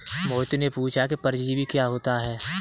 मोहित ने पूछा कि परजीवी क्या होता है?